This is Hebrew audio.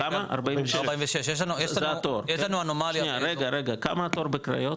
46. רגע, כמה התור בקריות?